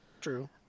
true